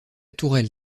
tourelle